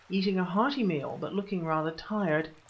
eating a hearty meal, but looking rather tired.